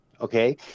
Okay